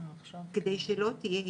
כדי שלא תהיה התקהלות.